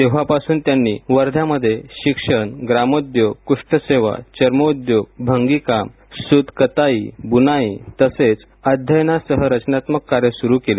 तेव्हापासून त्यांनी वर्ध्यात शिक्षणग्रामोद्योगकुष्ठसेवाचर्मोद्योग भंगीकामसूत कताई बुणाई तसेच अध्ययनासह रचनात्मक कार्य सुरू केले